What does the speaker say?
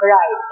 Right